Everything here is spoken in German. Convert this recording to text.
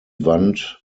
wand